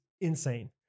insane